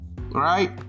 right